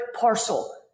parcel